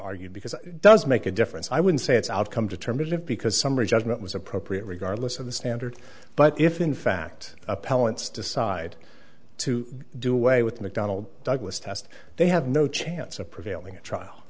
argued because it does make a difference i would say it's outcome determinative because summary judgment was appropriate regardless of the standard but if in fact appellants decide to do away with mcdonald douglas test they have no chance of prevailing at trial